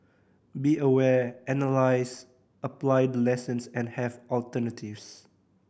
be aware analyse apply the lessons and have alternatives